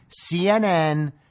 CNN